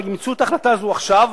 אימצו את ההחלטה רק עכשיו,